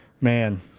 man